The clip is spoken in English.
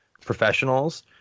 professionals